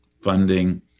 funding